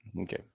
Okay